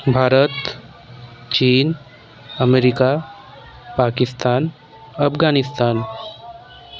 भारत चीन अमेरिका पाकिस्तान अफगाणिस्तान